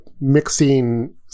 mixing